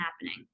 happening